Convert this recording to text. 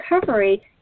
recovery